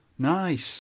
Nice